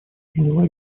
приняла